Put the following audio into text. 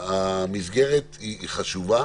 המסגרת חשובה